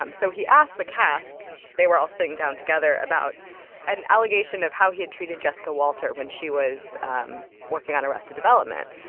um so he asked the cast they were all sitting down together about an allegation of how he had treated jessica walter when she was um working on arrested development.